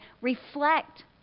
reflect